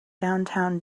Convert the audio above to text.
downtown